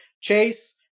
Chase